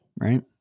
right